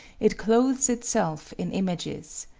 it clothes itself in images.